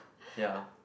ya